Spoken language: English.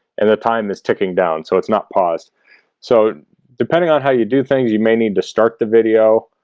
and the time is ticking down, so it's not paused so depending on how you do things you may need to start the video